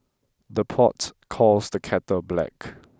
the pot calls the kettle black